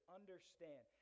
understand